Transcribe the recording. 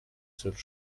seules